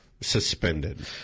suspended